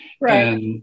right